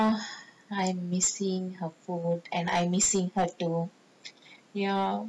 ya I'm missing her food and I'm missing her too ya